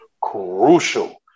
crucial